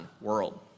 world